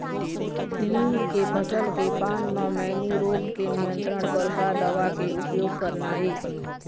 मूंग के फसल के पान म मैनी रोग के नियंत्रण बर का दवा के उपयोग करना ये?